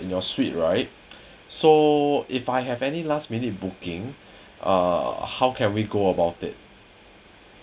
suite right so if I have any last minute booking uh how can we go about it